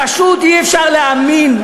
פשוט אי-אפשר להאמין,